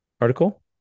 article